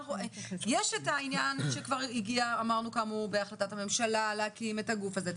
יש את העניין שכבר הגיע אמרנו כאמור בהחלטת הממשלה להקים את הגוף הזה,